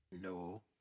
No